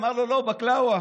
אמר לו: לא, בקלאווה.